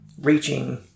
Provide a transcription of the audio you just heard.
reaching